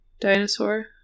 dinosaur